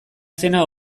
zena